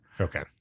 Okay